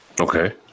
Okay